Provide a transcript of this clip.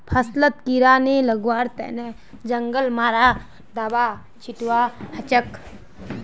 फसलत कीड़ा नी लगवार तने जंगल मारा दाबा छिटवा हछेक